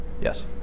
Yes